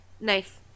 Nice